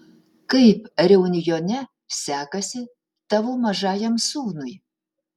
kaip reunjone sekasi tavo mažajam sūnui